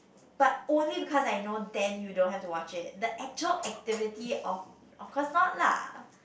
but only because I know then you don't have to watch it the actual activity of of course not lah